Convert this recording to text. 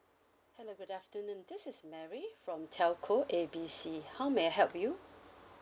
hello good afternoon this is mary from telco A B C how may I help you